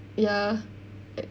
ya err